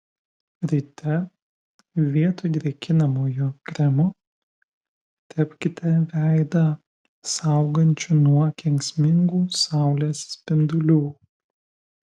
ryte vietoj drėkinamojo kremo tepkite veidą saugančiu nuo kenksmingų saulės spindulių